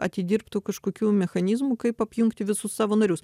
atidirbtų kažkokių mechanizmų kaip apjungti visus savo narius